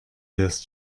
this